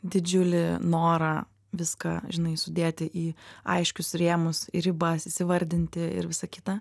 didžiulį norą viską žinai sudėti į aiškius rėmus ir ribas įsivardinti ir visa kita